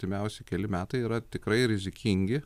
artimiausi keli metai yra tikrai rizikingi